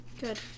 Good